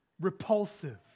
repulsive